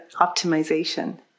optimization